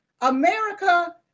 America